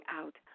out